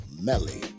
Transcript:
Melly